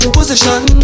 Position